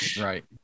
Right